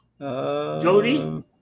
Jody